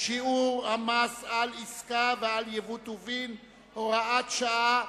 (שיעור המס על מלכ"רים ומוסדות כספיים) (הוראת שעה),